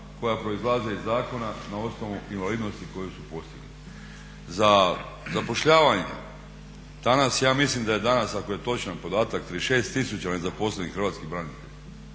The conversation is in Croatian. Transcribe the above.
koja proizlaze iz zakona na osnovu invalidnosti koju su postigli. Za zapošljavanje danas ja mislim da je danas ako je točan podatak 36 tisuća nezaposlenih hrvatskih branitelja